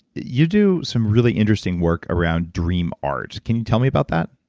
you do some really interesting work around dream art. can you tell me about that?